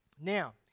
Now